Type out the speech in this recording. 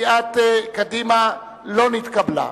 סיעת קדימה לא נתקבלה.